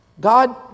God